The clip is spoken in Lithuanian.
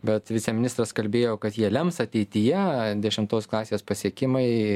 bet viceministras kalbėjo kad jie lems ateityje dešimtos klasės pasiekimai